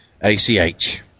ACH